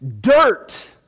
dirt